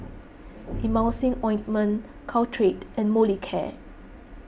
Emulsying Ointment Caltrate and Molicare